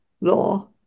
law